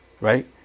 Right